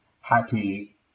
happy